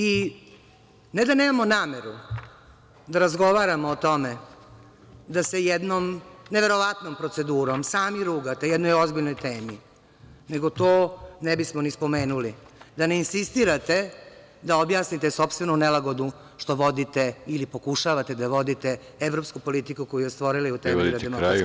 I, ne da nemamo nameru da razgovaramo o tome da se jednom neverovatnom procedurom sami rugate jednoj ozbiljnoj temi, nego to ne bismo ni spomenuli da ne insistirate da objasnite sopstvenu nelagodu što vodite ili pokušavate da vodite evropsku politiku koju je stvorila i utemeljila DS.